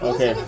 Okay